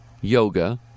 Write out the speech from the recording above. Yoga